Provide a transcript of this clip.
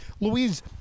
Louise